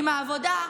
עם העבודה,